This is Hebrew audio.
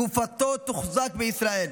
גופתו תוחזק בישראל.